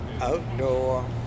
outdoor